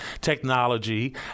technology